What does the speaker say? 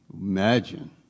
Imagine